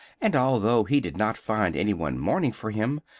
and although he did not find anyone mourning for him,